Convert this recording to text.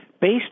Based